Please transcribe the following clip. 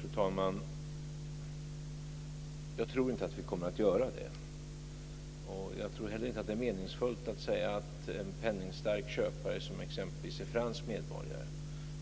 Fru talman! Jag tror inte att vi kommer att göra det. Jag tror inte heller att det är meningsfullt att säga att en penningstark köpare som exempelvis är fransk medborgare